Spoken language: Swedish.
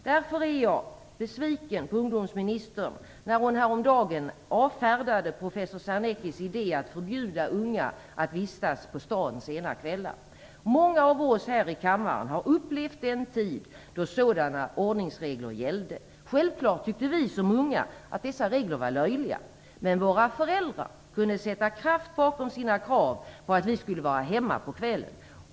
Därför är jag besviken på ungdomsministern, eftersom hon häromdagen avfärdade professor Sarneckis idé att förbjuda unga att vistas på stan under sena kvällar. Många av oss här i kammaren har upplevt den tid då sådana ordningsregler gällde. Självfallet tyckte vi som unga att dessa regler var löjliga, men våra föräldrar kunde sätta kraft bakom sina krav på att vi skulle vara hemma på kvällen.